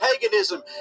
paganism